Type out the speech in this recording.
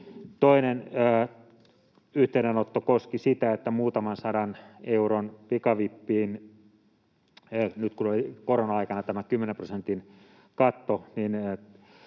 Toinen yhteydenotto koski sitä, että nyt kun oli korona-aikana tämä 10 prosentin katto,